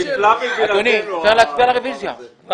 הרביזיה.